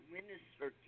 Minister